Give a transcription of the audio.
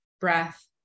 breath